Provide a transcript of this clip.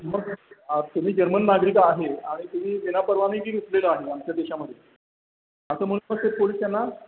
मग तुम्ही जर्मन नागरिक आहे आणि तुम्ही विनापरवानी घेतलेलं आहे आमच्या देशामध्ये असं म्हणून मग ते पोलीस त्यांना